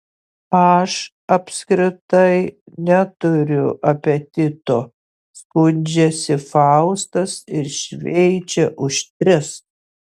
aš apskritai neturiu apetito skundžiasi faustas ir šveičia už tris